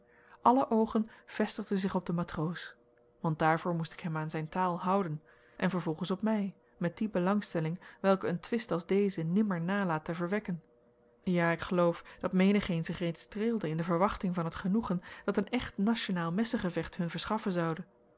aller oogen vestigden zich op den matroos want daarvoor moest ik hem aan zijn taal houden en vervolgens op mij met die belangstelling welke een twist als deze nimmer nalaat te verwekken ja ik geloof dat menigeen zich reeds streelde in de verwachting van het genoegen dat een echt nationaal messengevecht hun verschaffen zoude